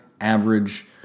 average